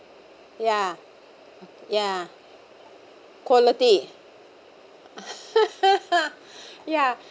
ya ya quality ya